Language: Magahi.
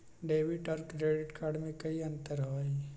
डेबिट और क्रेडिट कार्ड में कई अंतर हई?